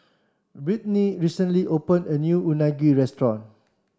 Brittny recently opened a new Unagi restaurant